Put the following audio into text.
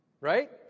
Right